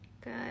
good